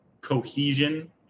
cohesion